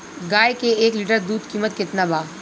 गाय के एक लीटर दूध कीमत केतना बा?